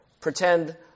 pretend